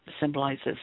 symbolizes